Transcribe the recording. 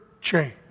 change